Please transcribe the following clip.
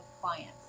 clients